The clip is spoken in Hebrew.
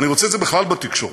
אני רוצה את זה בכלל בתקשורת.